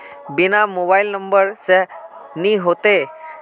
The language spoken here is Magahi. बिना मोबाईल नंबर से नहीं होते?